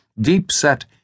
deep-set